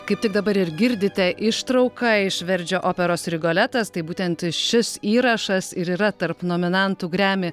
kaip tik dabar ir girdite ištrauką iš verdžio operos rigoletas tai būtent šis įrašas ir yra tarp nominantų grammy